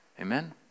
Amen